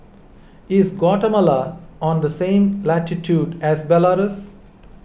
is Guatemala on the same latitude as Belarus